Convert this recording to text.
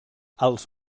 als